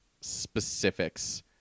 specifics